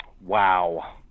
Wow